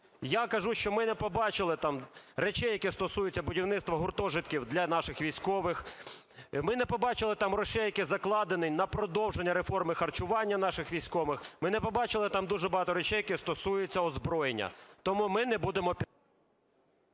Я кажу, що ми не побачили там речей, які стосуються будівництва гуртожитків для наших військових. Ми не побачили там грошей, які закладені на продовження реформи харчування наших військових. Ми не побачили там дуже багато речей, які стосуються озброєння. Тому ми не будемо